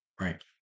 Right